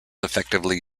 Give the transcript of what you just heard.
effectively